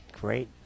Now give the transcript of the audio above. great